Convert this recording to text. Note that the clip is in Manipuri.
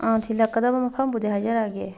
ꯊꯤꯜꯂꯛꯀꯗꯕ ꯃꯐꯝꯕꯨꯗꯤ ꯍꯥꯏꯖꯔꯛꯑꯒꯦ